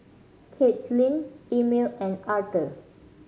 Caitlyn Emil and Arther